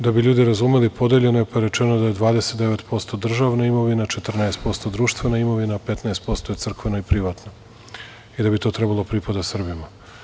Da bi ljudi razumeli, podeljeno je, pa je rečeno da je 29% državna imovina, 14% društvena imovina, 15% crkveno i privatno i da bi to trebalo pripadati Srbima.